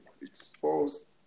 exposed